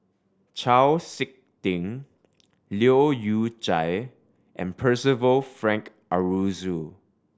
Chau Sik Ting Leu Yew Chye and Percival Frank Aroozoo